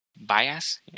bias